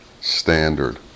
standard